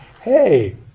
Hey